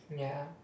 ya